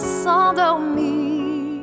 s'endormir